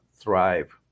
thrive